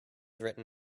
written